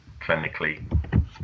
clinically